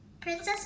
Princess